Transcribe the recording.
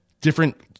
different